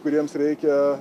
kuriems reikia